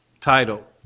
title